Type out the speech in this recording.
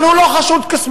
אבל הוא לא חשוד כשמאלן.